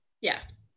Yes